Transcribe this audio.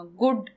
good